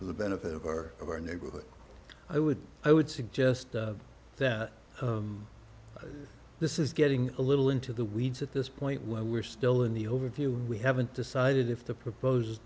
the benefit of our of our neighborhood i would i would suggest that this is getting a little into the weeds at this point where we're still in the overview and we haven't decided if the proposed